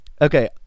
Okay